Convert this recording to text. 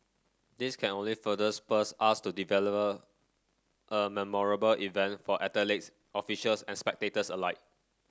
this can only further spurs us to a memorable event for athletes officials and spectators alike